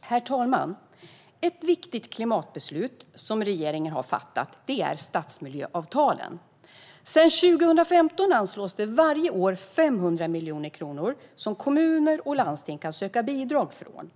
Herr talman! Ett viktigt klimatbeslut som regeringen har fattat är stadsmiljöavtalen. Sedan 2015 anslås varje år 500 miljoner kronor som kommuner och landsting kan söka bidrag från.